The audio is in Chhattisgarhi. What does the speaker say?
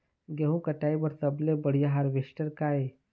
गेहूं कटाई बर सबले बढ़िया हारवेस्टर का ये?